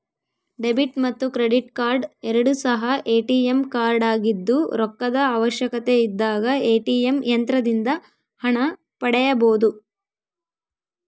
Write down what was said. debit ಮತ್ತು credit card ಎರಡು ಸಹ ಎ.ಟಿ.ಎಂ ಕಾರ್ಡಾಗಿದ್ದು ರೊಕ್ಕದ ಅವಶ್ಯಕತೆಯಿದ್ದಾಗ ಎ.ಟಿ.ಎಂ ಯಂತ್ರದಿಂದ ಹಣ ಪಡೆಯಬೊದು